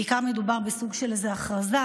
בעיקר מדובר בסוג של הכרזה,